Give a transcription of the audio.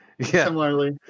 similarly